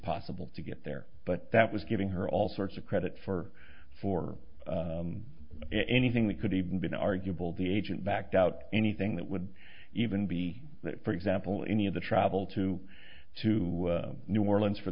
possible to get there but that was giving her all sorts of credit for for anything that could have been arguable the agent backed out anything that would even be for example any of the travel to to new orleans for